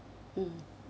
mm